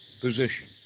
position